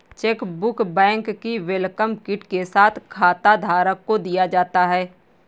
chequebook bank की welcome kit के साथ खाताधारक को दिया जाता है